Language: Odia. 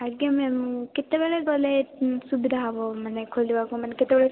ଆଜ୍ଞା ମ୍ୟାମ କେତେବେଳେ ଗଲେ ସୁବିଧା ହେବ ମାନେ ଖୋଲିବାକୁ ମାନେ କେତେବେଳ